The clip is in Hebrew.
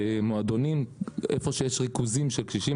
מועדונים, איפה שיש ריכוזים של קשישים.